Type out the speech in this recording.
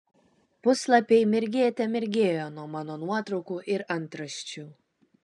puslapiai mirgėte mirgėjo nuo mano nuotraukų ir antraščių